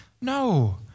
No